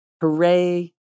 Hooray